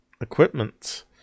equipment